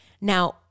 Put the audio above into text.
Now